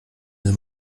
will